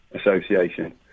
Association